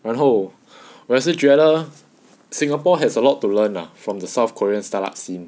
然后我是觉得 singapore has a lot to learn lah from the south korean start up scene